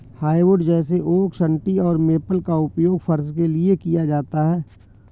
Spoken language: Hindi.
हार्डवुड जैसे ओक सन्टी और मेपल का उपयोग फर्श के लिए किया जाता है